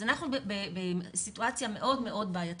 אז אנחנו בסיטואציה מאוד בעייתית,